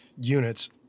units